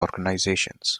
organisations